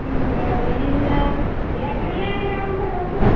बरं येईन ना यात्रेला नाही आला ओ आमच्या गावच्या